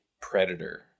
Predator